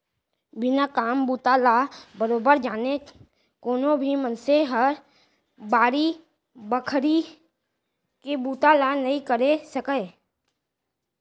बिना काम बूता ल बरोबर जाने कोनो भी मनसे हर बाड़ी बखरी के बुता ल नइ करे सकय